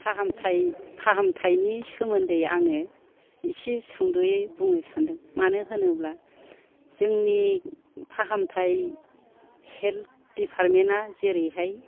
फाहामथायनि सोमोन्दै आङो इसे सुंद'यै बुंनो सानदों मानो होनोब्ला जोंनि फाहामथाय हेल्थ दिपार्टमेनता जेरैहाय